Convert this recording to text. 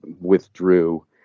withdrew